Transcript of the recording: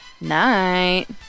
Night